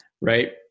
right